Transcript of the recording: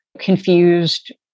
confused